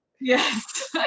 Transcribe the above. Yes